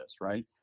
right